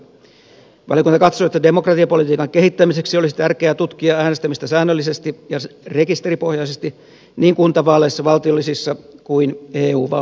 valiokunta katsoo että demokratiapolitiikan kehittämiseksi olisi tärkeää tutkia äänestämistä säännöllisesti ja rekisteripohjaisesti niin kuntavaaleissa valtiollisissa kuin eu vaaleissakin